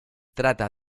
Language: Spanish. trata